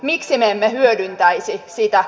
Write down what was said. miksi me emme hyödyntäisi sitä